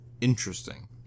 interesting